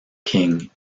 king